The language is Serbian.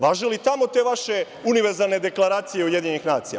Važe li tamo te vaše univerzalne deklaracije UN?